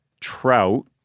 trout